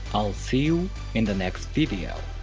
i'll see you in the next video.